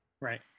Right